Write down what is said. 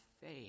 faith